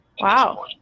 Wow